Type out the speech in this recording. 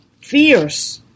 fierce